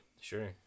Sure